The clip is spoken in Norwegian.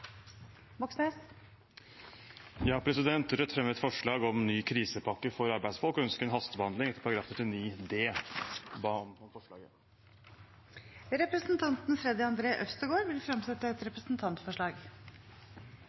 Rødt fremmer et forslag om ny krisepakke for arbeidsfolk. Vi ønsker hastebehandling av forslaget etter § 39 d i Stortingets forretningsorden. Representanten Freddy André Øvstegård vil fremsette et